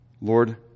Lord